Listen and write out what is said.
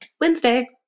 Wednesday